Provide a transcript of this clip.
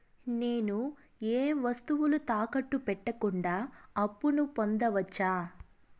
నేను ఏ వస్తువులు తాకట్టు పెట్టకుండా అప్పును పొందవచ్చా?